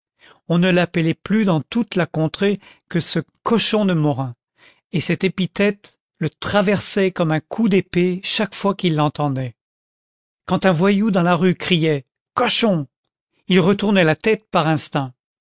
on ne l'appelait plus dans toute la contrée que ce cochon de morin et cette épithète le traversait comme un coup d'épée chaque fois qu'il l'entendait quand un voyou dans la rue criait cochon il se retournait la tête par instinct